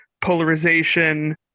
polarization